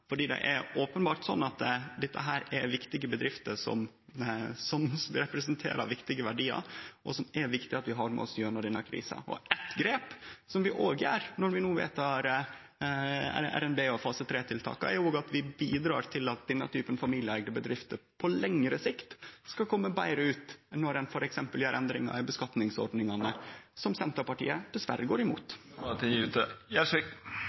det er openbert sånn at dette er viktige bedrifter som representerer viktige verdiar, og som det er viktig at vi har med oss gjennom denne krisa. Eitt grep vi gjer når vi no vedtek RNB og fase 3-tiltaka, er at vi bidreg til at denne typen familieeigde bedrifter på lengre sikt skal kome betre ut når ein f.eks. gjer endringar i skatteordningane, som Senterpartiet dessverre går